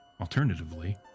alternatively